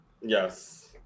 Yes